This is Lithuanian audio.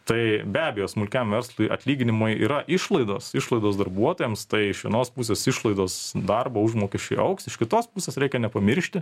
tai be abejo smulkiam verslui atlyginimai yra išlaidos išlaidos darbuotojams tai iš vienos pusės išlaidos darbo užmokesčiui augs iš kitos pusės reikia nepamiršti